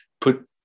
put